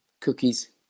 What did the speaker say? cookies